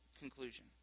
conclusion